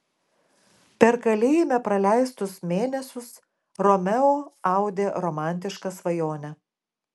per kalėjime praleistus mėnesius romeo audė romantišką svajonę